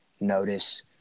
notice